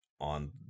on